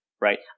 right